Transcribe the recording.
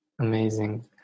Amazing